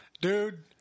dude